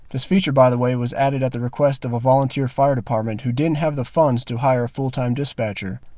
this feature, by the way, was added at the request of a volunteer fire department who didn't have the funds to hire full-time dispatcher.